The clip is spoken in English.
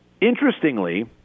Interestingly